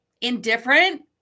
indifferent